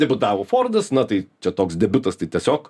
debiutavo fordas na tai čia toks debiutas tai tiesiog